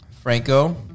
Franco